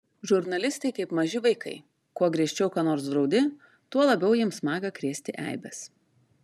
žurnalistai kaip maži vaikai kuo griežčiau ką nors draudi tuo labiau jiems maga krėsti eibes